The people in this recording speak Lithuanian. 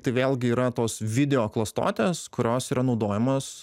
tai vėlgi yra tos video klastotės kurios yra naudojamos